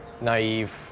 naive